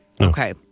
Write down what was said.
Okay